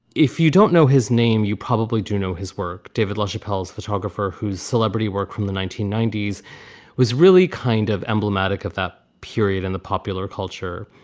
if you don't know his name, you probably do know his work david like chappelle's photographer, whose celebrity work from the nineteen ninety s was really kind of emblematic of that period in the popular culture.